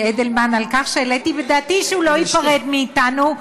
אדלמן על כך שהעליתי בדעתי שהוא לא ייפרד מאתנו,